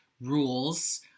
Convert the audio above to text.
rules